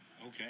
okay